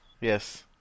Yes